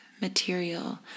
material